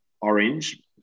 orange